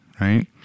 right